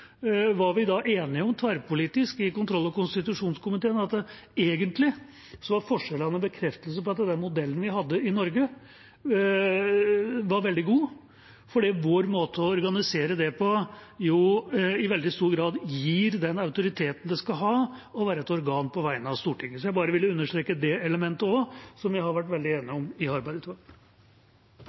var vi tverrpolitisk enige om i kontroll- og konstitusjonskomiteen, at forskjellene egentlig var en bekreftelse på at den modellen vi hadde i Norge, var veldig god, fordi vår måte å organisere det på i veldig stor grad gir den autoriteten det skal ha å være et organ på vegne av Stortinget. Jeg vil bare understreke det elementet også, noe som vi har vært veldig enige om i